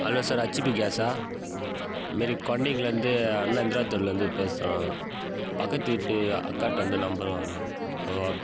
hello sir HP கேஸ்ஸா இதுமாரி கொன்னிங்லிருந்து அண்ணா இந்திரா தெருலிருந்து பேசுகிறோம் பக்கத்து வீட்டு அக்காட்டருந்து நம்பர் வாங்கினோம் ஓ அப்